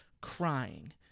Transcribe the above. crying